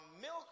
milk